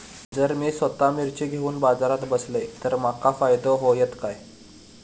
जर मी स्वतः मिर्ची घेवून बाजारात बसलय तर माका फायदो होयत काय?